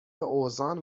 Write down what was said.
اوزان